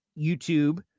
YouTube